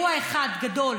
אוחד לאירוע אחד גדול,